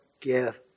give